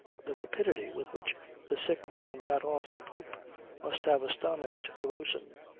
the rapidity with which the sick man got off the poop must have astonished the boatswain.